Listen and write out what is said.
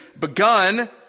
begun